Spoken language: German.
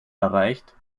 erreicht